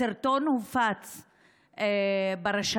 הסרטון הופץ ברשתות.